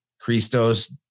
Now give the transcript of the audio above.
Christos